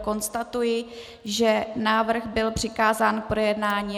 Konstatuji, že návrh byl přikázán k projednání.